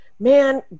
Man